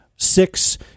Six